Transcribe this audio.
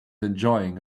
enjoying